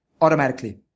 automatically